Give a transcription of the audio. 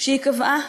שהיא קבעה?